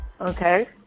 Okay